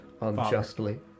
unjustly